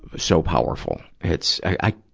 so powerful it's, i, i.